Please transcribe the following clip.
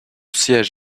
siège